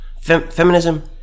Feminism